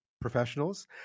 Professionals